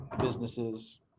businesses